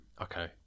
Okay